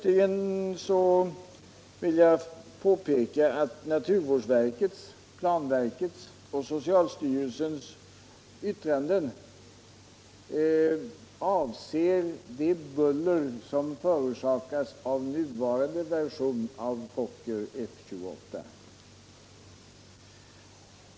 Jag vill påpeka att naturvårdsverkets, planverkets och socialstyrelsens yttranden avser det buller som förorsakas av nuvarande version av Fokker F-28.